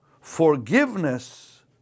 forgiveness